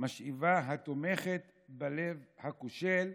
משאבה התומכת בלב הכושל,